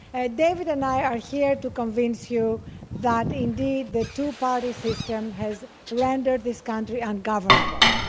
ah david and i are here to convince you that indeed the two-party system has rendered this country ungovernable.